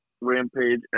Rampage